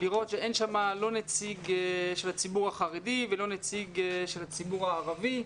לראות שאין שם נציג מהציבור החרדי ולא נציג מהציבור הערבי.